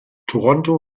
toronto